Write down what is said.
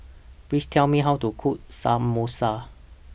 Please Tell Me How to Cook Samosa